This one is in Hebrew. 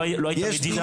לא הייתה מדינה פלסטינית.